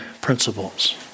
principles